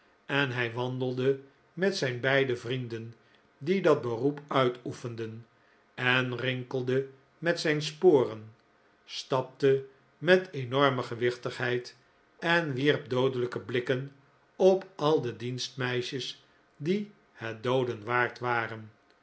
en hij wandelde met zijn beide vrienden die dat beroep uitoefenden en rinkelde met zijn sporen staple met enorme gewichtigheid en wierp doodelijke blikken op al de dienstmeisjes die het dooden waard waren